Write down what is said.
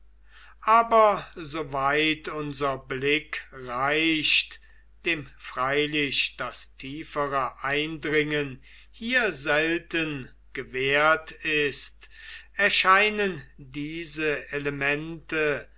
aber so weit unser blick reicht dem freilich das tiefere eindringen hier selten gewährt ist erscheinen diese elemente